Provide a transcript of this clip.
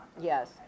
Yes